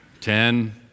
Ten